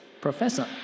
Professor